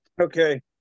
Okay